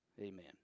Amen